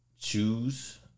choose